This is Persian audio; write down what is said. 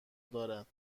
دارد